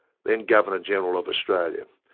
then governor general of australia,